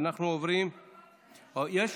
בעד הצעת החוק הצביעו 16 חברי כנסת,